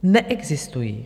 Neexistují.